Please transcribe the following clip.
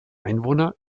einwohner